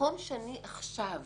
במקום שאני עכשיו